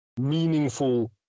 meaningful